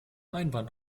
einwand